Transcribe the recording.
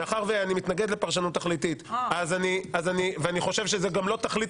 אני מתנגד לפרשנות תכליתית ואני חושב שזה גם לא תכלית